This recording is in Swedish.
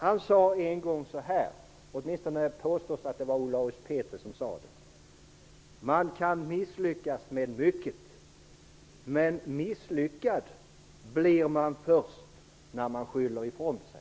Han påstås en gång ha sagt så här: ''Man kan misslyckas med mycket, men misslyckad blir man först när man skyller ifrån sig.''